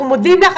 אנחנו מודים לך,